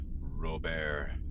Robert